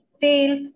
fail